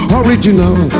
original